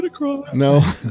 no